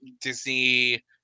Disney